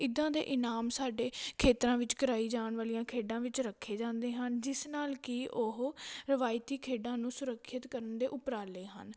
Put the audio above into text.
ਇੱਦਾਂ ਦੇ ਇਨਾਮ ਸਾਡੇ ਖੇਤਰਾਂ ਵਿੱਚ ਕਰਵਾਈ ਜਾਣ ਵਾਲੀਆਂ ਖੇਡਾਂ ਵਿੱਚ ਰੱਖੇ ਜਾਂਦੇ ਹਨ ਜਿਸ ਨਾਲ ਕਿ ਉਹ ਰਵਾਇਤੀ ਖੇਡਾਂ ਨੂੰ ਸੁਰੱਖਿਅਤ ਕਰਨ ਦੇ ਉਪਰਾਲੇ ਹਨ